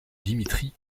dimitri